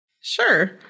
Sure